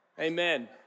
Amen